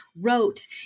wrote